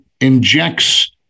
injects